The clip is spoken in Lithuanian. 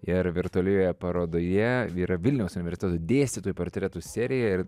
ir virtualioje parodoje yra vilniaus universiteto dėstytojų portretų serija ir